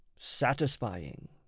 Satisfying